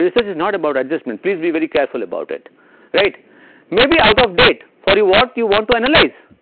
research is not about adjustment please be very careful about it right maybe out of date for you what you want to analyze.